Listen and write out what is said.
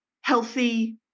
healthy